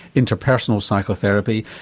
inter-personal psychotherapy,